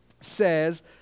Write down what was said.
says